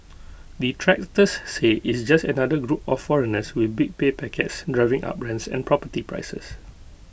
detractors say it's just another group of foreigners with big pay packets driving up rents and property prices